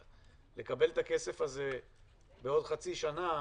המשמעות של לקבל את הכסף הזה בעוד חצי שנה